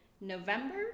November